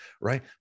right